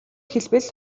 хэлбэл